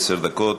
עשר דקות.